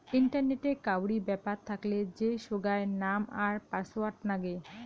ইন্টারনেটে কাউরি ব্যাপার থাকলে যে সোগায় নাম আর পাসওয়ার্ড নাগে